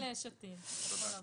הצבעה אושרו.